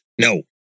No